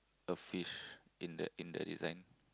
a fish in that in that design